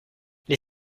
les